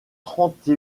trente